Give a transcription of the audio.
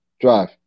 drive